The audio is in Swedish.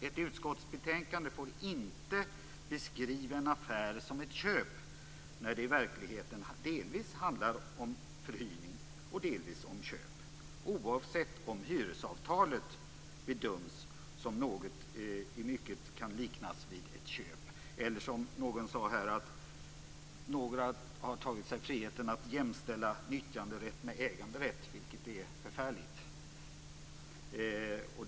Ett utskottsbetänkande får inte beskriva en affär som ett köp när det i verkligheten handlar delvis om förhyrning och delvis om köp, oavsett som hyresavtalet bedöms som något som kan liknas vid ett köp, eller som en talare här sade, att några har tagit sig friheten att jämställa nyttjanderätt med äganderätt, vilket är förfärligt.